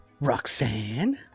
Roxanne